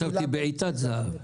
חשבתי, בעיטת זהב.